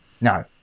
No